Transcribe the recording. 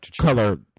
color